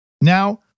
Now